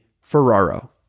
Ferraro